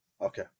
Okay